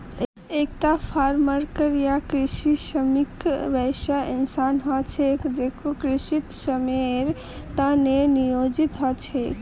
एकता farmworker या कृषि श्रमिक वैसा इंसान ह छेक जेको कृषित श्रमेर त न नियोजित ह छेक